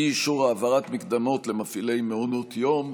אי-אישור העברת מקדמות למפעילי מעונות יום.